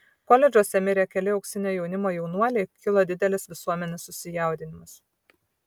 koledžuose mirė keli auksinio jaunimo jaunuoliai kilo didelis visuomenės susijaudinimas